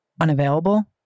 unavailable